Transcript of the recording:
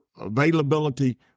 availability